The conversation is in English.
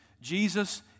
Jesus